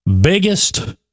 biggest